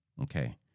okay